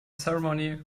ceremony